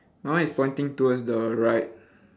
my one is pointing towards the right